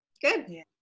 Good